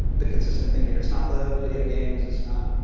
the consistent thing here. it's not the video games, it's not